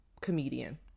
comedian